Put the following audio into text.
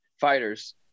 fighters